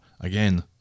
again